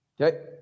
okay